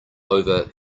over